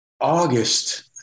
August